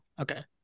Okay